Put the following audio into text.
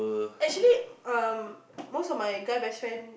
actually um most of my guy best friend